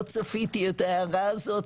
לא צפיתי את ההערה הזאת,